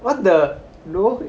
what the no